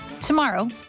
tomorrow